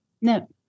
No